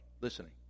listening